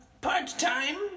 part-time